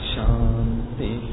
Shanti